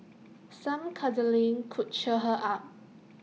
some cuddling could cheer her up